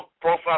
profile